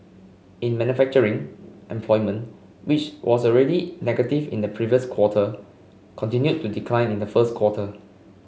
in manufacturing employment which was already negative in the previous quarter continued to decline in the first quarter